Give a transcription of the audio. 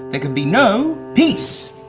there can be no peace.